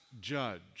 judge